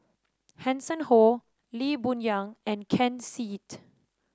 Hanson Ho Lee Boon Yang and Ken Seet